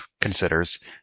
considers